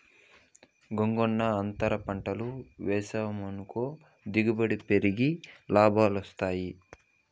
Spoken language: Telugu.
గంగన్నో, అంతర పంటలు వేసావనుకో దిగుబడి పెరిగి లాభాలొస్తాయి